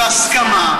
שזה בהסכמה,